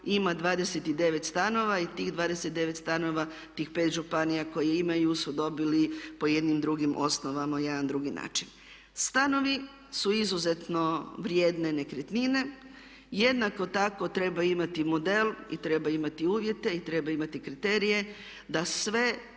ima 29 stanova i tih 29 stanova, tih 5 županija koje imaju su dobili po jednim drugim osnovama, na jedan drugi način. Stanovi su izuzetno vrijedne nekretnine. Jednako tako treba imati model i treba imati uvjete i treba imati kriterije da sve